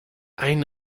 ein